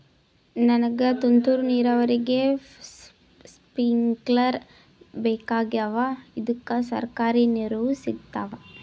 ನನಗ ತುಂತೂರು ನೀರಾವರಿಗೆ ಸ್ಪಿಂಕ್ಲರ ಬೇಕಾಗ್ಯಾವ ಇದುಕ ಸರ್ಕಾರಿ ನೆರವು ಸಿಗತ್ತಾವ?